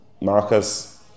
Marcus